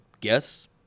guess